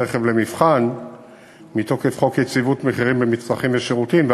רכב למבחן היה מפוקח מתוקף חוק יציבות מחירים במצרכים ושירותים,